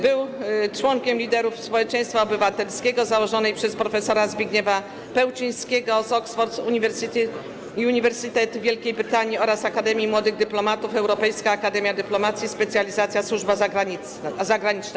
Był członkiem liderów społeczeństwa obywatelskiego założonej przez prof. Zbigniewa Pełczyńskiego z Oxford University w Wielkiej Brytanii oraz Akademii Młodych Dyplomatów Europejska Akademia Dyplomacji, specjalizacja służba zagraniczna.